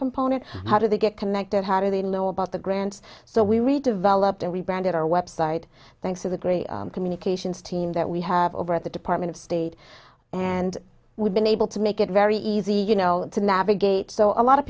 component how do they get connected how do they know about the grants so we redeveloped and rebranded our website thanks to the great communications team that we have over at the department of state and we've been able to make it very easy you know to navigate so a lot of